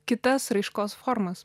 kitas raiškos formas